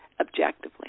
objectively